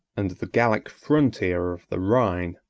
and the gallic frontier of the rhine,